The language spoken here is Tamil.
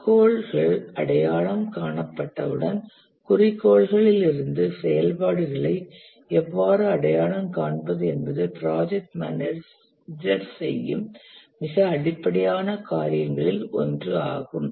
குறிக்கோள்கள் அடையாளம் காணப்பட்டவுடன் குறிக்கோள்களிலிருந்து செயல்பாடுகளை எவ்வாறு அடையாளம் காண்பது என்பது ப்ராஜெக்ட் மேனேஜர் செய்யும் மிக அடிப்படையான காரியங்களில் ஒன்று ஆகும்